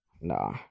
Nah